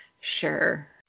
sure